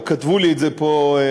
רק כתבו לי את זה פה מהמשטרה,